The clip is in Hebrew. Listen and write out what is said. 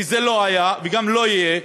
כי זה לא היה וגם לא יהיה.